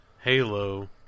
Halo